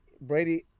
Brady